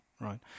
right